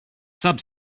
sub